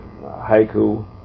haiku